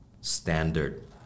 standard